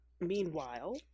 meanwhile